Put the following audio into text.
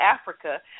Africa